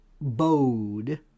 bode